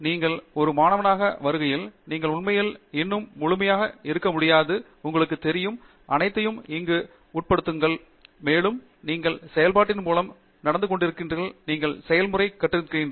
நீங்கள் ஒரு மாணவராக வருகையில் நீங்கள் உண்மையில் இன்னும் முழுமையாக இருக்க முடியாது உங்களுக்கு தெரியும் அனைத்தையும் இங்கு உட்படுத்தியுள்ளீர்கள் மேலும் நீங்கள் செயல்பாட்டின் மூலம் நடந்து கொண்டிருக்கிறீர்கள் நீங்கள் செயல்முறை கற்றிருக்கிறீர்கள்